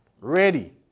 Ready